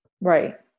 Right